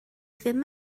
ddim